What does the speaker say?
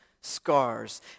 scars